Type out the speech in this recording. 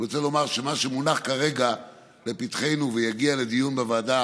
אני רוצה לומר שמה שמונח כרגע לפתחנו ויגיע לדיון בוועדה